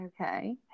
okay